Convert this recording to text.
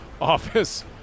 office